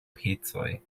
pecoj